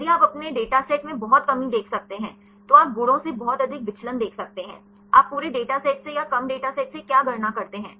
यदि आप अपने डेटा सेट में बहुत कमी देख सकते हैं तो आप गुणों से बहुत अधिक विचलन देख सकते हैं आप पूरे डेटा सेट से या कम डेटा सेट से क्या गणना करते हैं